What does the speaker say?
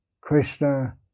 Krishna